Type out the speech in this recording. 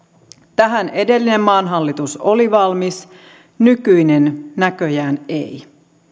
tähän edellinen maan hallitus oli valmis nykyinen näköjään ei